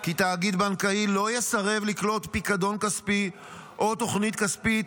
כי תאגיד בנקאי לא יסרב לקלוט פיקדון כספי או תוכנית כספית,